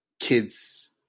kids